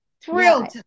Thrilled